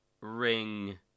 ring